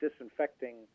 disinfecting